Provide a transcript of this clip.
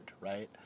right